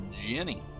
Jenny